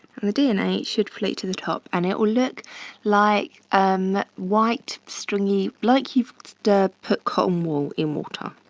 and the dna should float to the top and it will look like white stringy, like you've put cotton wool in water.